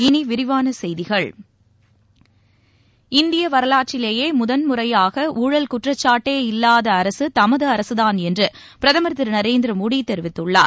இனி விரிவான செய்திகள் இந்திய வரலாற்றிலேயே முதன்முறையாக ஊழல் குற்றச்சாட்டே இல்லாத அரசு தமது அரசுதான் என்று பிரதமர் திரு நரேந்திர மோடி தெரிவித்துள்ளார்